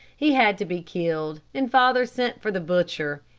he had to be killed, and father sent for the butcher,